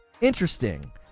Interesting